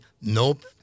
Nope